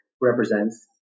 represents